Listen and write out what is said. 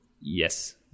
yes